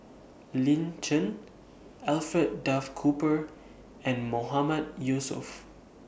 Lin Chen Alfred Duff Cooper and Mahmood Yusof